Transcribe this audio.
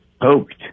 poked